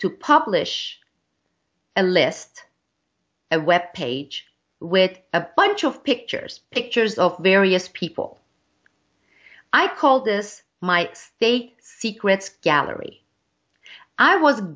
to publish a list a web page with a bunch of pictures pictures of various people i called this might state secrets gallery i was